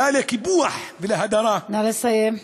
די לקיפוח ולהדרה, נא לסיים.